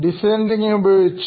design തിങ്കിംഗ്ഉപയോഗിച്ച്